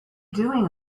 doing